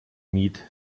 meet